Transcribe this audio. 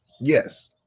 Yes